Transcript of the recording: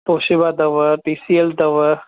Toshiba अथव T C L अथव